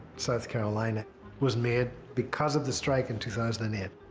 south carolina was made because of the strike in two thousand and eight.